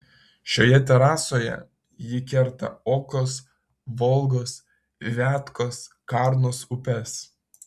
šioje terasoje ji kerta okos volgos viatkos karnos upes